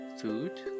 food